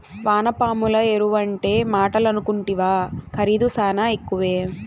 వానపాముల ఎరువంటే మాటలనుకుంటివా ఖరీదు శానా ఎక్కువే